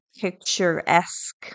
picturesque